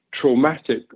traumatic